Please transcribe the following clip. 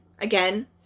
again